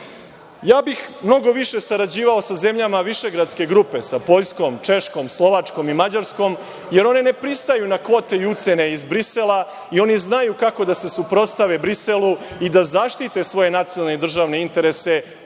bih više sarađivao sa zemljama Višegradske grupe, sa Poljskom, Češkom, Slovačkom i Mađarskom, jer one ne pristaju na kvote i ucene iz Brisela i oni znaju kako da se suprotstave Briselu i da zaštite svoje nacionalne i državne interese u